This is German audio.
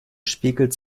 spiegelt